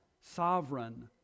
sovereign